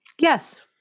Yes